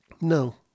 No